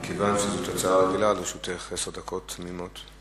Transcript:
מכיוון שזאת הצעה רגילה לרשותך עשר דקות תמימות.